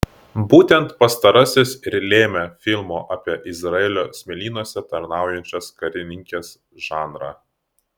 būtent pastarasis ir lėmė filmo apie izraelio smėlynuose tarnaujančias karininkes žanrą